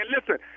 Listen